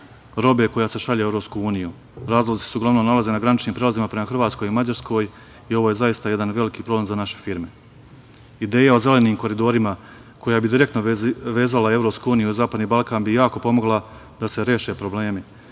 robe koja se šalje u EU. Razlozi su uglavnom nalaze na graničnim prelazima prema Hrvatskoj, Mađarskoj i ovo je zaista jedan veliki problem za naše firme. Ideja o zelenim koridorima koja bi direktno vezala EU i Zapadni Balkan bi jako pomogla da se reše problemi,